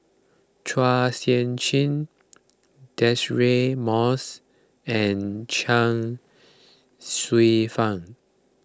Chua Sian Chin Deirdre Moss and Chuang Hsueh Fang